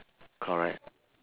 correct